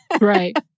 right